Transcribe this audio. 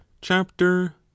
chapter